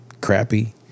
crappy